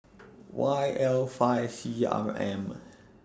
Y L five C R M